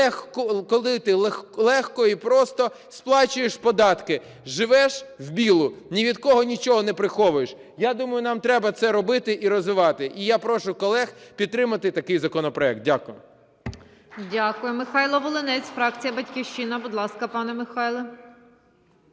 культуру легко і просто: сплачуєш податки – живеш "в білу", ні від кого нічого не приховуєш. Я думаю, нам треба це робити і розвивати. І я прошу колег підтримати такий законопроект. Дякую. ГОЛОВУЮЧА. Дякую. Михайло Волинець, фракція "Батьківщина". Будь ласка, пане Михайле.